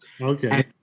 Okay